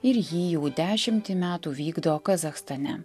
ir jį jau dešimtį metų vykdo kazachstane